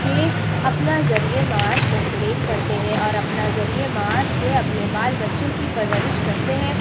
کے اپنا ذریعہ معاش بہترین کرتے ہیں اور اپنا ذریعہ معاش سے اپنے بال بچوں کی پرورش کرتے ہیں